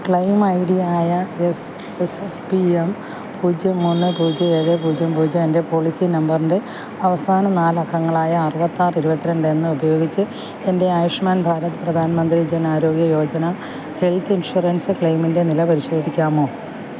claim ഐഡിയായ S F B M പൂജ്യം മൂന്ന് പൂജ്യം ഏഴ് പൂജ്യം പൂജ്യം എൻ്റെ പോളിസി നമ്പറിൻ്റെ അവസാന നാല് അക്കങ്ങളായ അറുപത്തി ആറ് ഇരുപത്തി രണ്ട് എന്നിവ ഉപയോഗിച്ചു എൻ്റെ ആയുഷ്മാൻ ഭാരത് പ്രധാൻ മന്ത്രി ജൻ ആരോഗ്യ യോജന ഹെൽത്ത് ഇൻഷുറൻസ് ക്ലെയിമിൻ്റെ നില പരിശോധിക്കാമോ